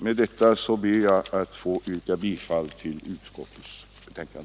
Jag ber att med det anförda få yrka bifall till utskottets hemställan.